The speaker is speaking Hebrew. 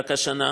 רק השנה,